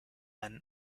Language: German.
einen